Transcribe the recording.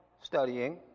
studying